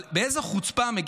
אבל באיזו חוצפה,